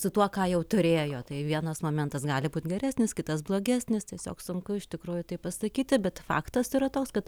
su tuo ką jau turėjo tai vienas momentas gali būt geresnis kitas blogesnis tiesiog sunku iš tikrųjų tai pasakyti bet faktas yra toks kad